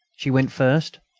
she went first,